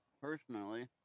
personally